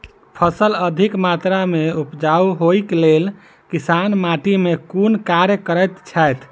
फसल अधिक मात्रा मे उपजाउ होइक लेल किसान माटि मे केँ कुन कार्य करैत छैथ?